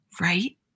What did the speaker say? Right